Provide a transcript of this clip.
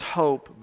hope